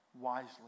wisely